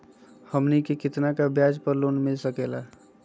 हमनी के कितना का ब्याज पर लोन मिलता सकेला?